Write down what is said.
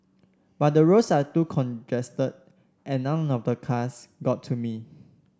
but the roads are too congested and none of the cars got to me